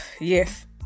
Yes